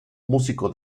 músico